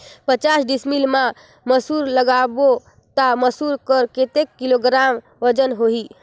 पचास डिसमिल मा मसुर लगाबो ता मसुर कर कतेक किलोग्राम वजन होही?